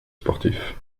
sportif